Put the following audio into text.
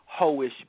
hoish